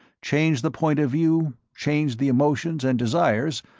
change the point of view, change the emotions and desires,